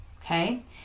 Okay